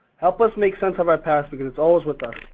help us make sense of our past because it's always with us.